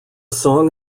song